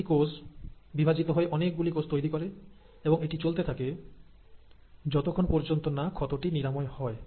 তখন একটি কোষ বিভাজিত হয়ে অনেকগুলি কোষ তৈরি করে এবং এটি চলতে থাকে যতক্ষণ পর্যন্ত না ক্ষতটি নিরাময় হয়